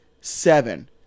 Seven